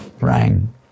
rang